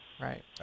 Right